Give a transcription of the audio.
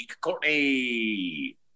Courtney